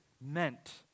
meant